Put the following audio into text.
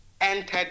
entered